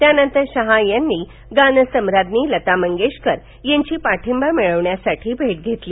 त्यानंतर शहा यांनी गानसम्राज्ञी लता मंगेशकर यांची पाठिंबा मिळवण्यासाठी भेट घेतली